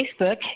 Facebook